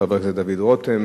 חבר הכנסת דוד רותם,